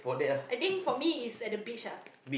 I think for me is at the beach ah